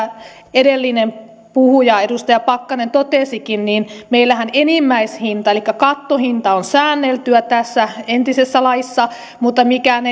edellinen puhuja edustaja pakkanen totesikin niin meillähän enimmäishinta elikkä kattohinta on säänneltyä entisessä laissa mutta mikään